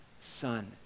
son